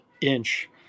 inch